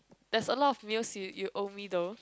there's a lot of meals you you owe me though